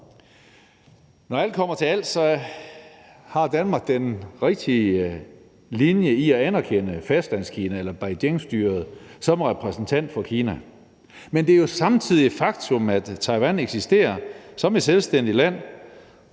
Når alt kommer til alt, har Danmark den rigtige linje i at anerkende Fastlandskina eller Beijingstyret som repræsentant for Kina. Men det er jo samtidig et faktum, at Taiwan eksisterer som et selvstændigt land,